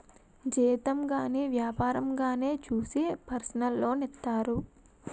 జీతం గాని వ్యాపారంగానే చూసి పర్సనల్ లోన్ ఇత్తారు